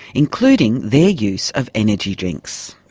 including their use of energy drinks.